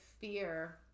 fear